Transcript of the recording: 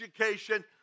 education